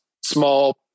small